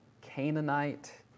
Canaanite